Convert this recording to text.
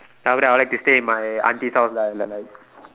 then after that I will like to stay in my auntie's house lah like like